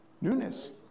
Newness